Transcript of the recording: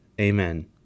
Amen